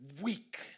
weak